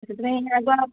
ସେଥିପାଇଁ ଆଗୁଆ